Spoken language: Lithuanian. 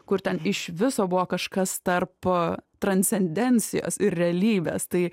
kur ten iš viso buvo kažkas tarp transcendencijos ir realybės tai